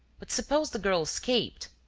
but suppose the girl escaped?